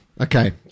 Okay